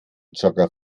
jogger